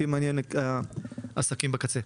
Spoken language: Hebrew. אותי מעניינים יותר העסקים בקצה.